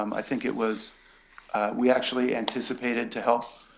um i think it was we actually anticipated to help